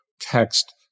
text